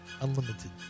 unlimited